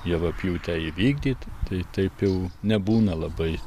javapjūtę įvykdyt tai taip jau nebūna labai